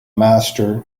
master